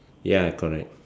ya correct